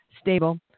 stable